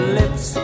lips